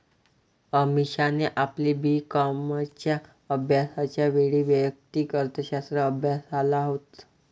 अमीषाने आपली बी कॉमच्या अभ्यासाच्या वेळी वैयक्तिक अर्थशास्त्र अभ्यासाल होत